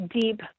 deep